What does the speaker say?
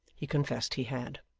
he confessed he had.